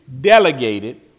delegated